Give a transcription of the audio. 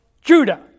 Judah